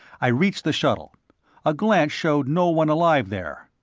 i reached the shuttle a glance showed no one alive there.